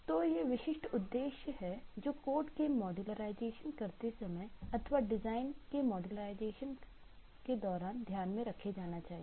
तो ये विशिष्ट उद्देश्य हैं जो कोड के मॉड्यूर्लाइज़ेशन के दौरान ध्यान में रखे जाना चाहिए